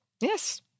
Yes